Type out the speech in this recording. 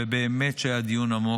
ובאמת שהיה דיון עמוק,